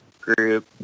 group